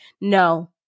no